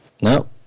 No